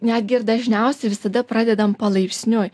netgi ir dažniausiai visada pradedam palaipsniui